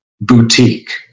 boutique